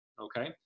okay